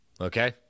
Okay